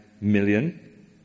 million